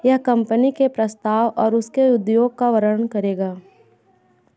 यह कंपनी के प्रस्ताव और उसके उद्योग का वर्णन करेगा